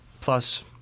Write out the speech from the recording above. plus